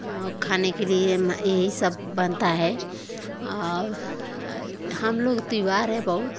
और खाने के लिए में यही सब बनता है और हम लोग त्यौहार है बहुत